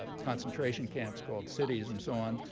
ah concentration camps called cities and so on,